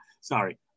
Sorry